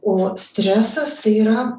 o stresas tai yra